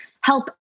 help